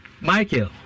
Michael